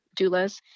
doulas